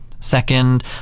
Second